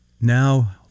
now